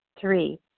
Three